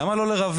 למה לא לרווח,